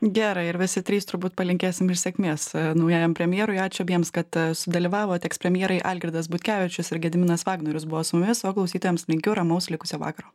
gerai ir visi trys turbūt palinkėsim ir sėkmės naujajam premjerui ačiū abiems kad sudalyvavot ekspremjerai algirdas butkevičius ir gediminas vagnorius buvo su mumis o klausytojams linkiu ramaus likusio vakaro